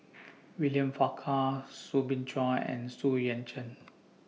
William Farquhar Soo Bin Chua and Xu Yuan Zhen